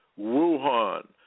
Wuhan